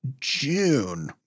June